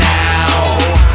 now